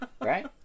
Right